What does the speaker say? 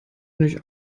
nicht